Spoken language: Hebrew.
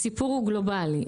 הסיפור הוא גלובלי,